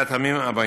מהמטעמים הבאים: